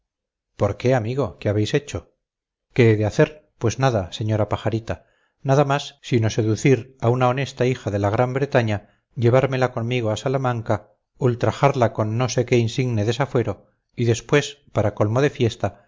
por qué amigo mío qué habéis hecho qué he de hacer pues nada señora pajarita nada más sino seducir a una honesta hija de la gran bretaña llevármela conmigo a salamanca ultrajarla con no sé qué insigne desafuero y después para colmo de fiesta